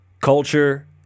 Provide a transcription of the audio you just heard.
culture